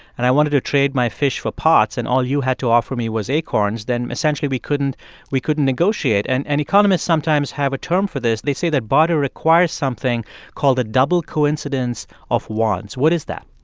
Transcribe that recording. and i wanted to trade my fish for pots, and all you had to offer me was acorns, then essentially, we couldn't we couldn't negotiate. and and economists sometimes have a term for this. they say that barter requires something called a double coincidence of wants. what is that?